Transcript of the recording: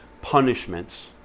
punishments